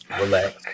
Relax